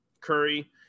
Curry